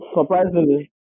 Surprisingly